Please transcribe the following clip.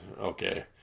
Okay